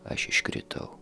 aš iškritau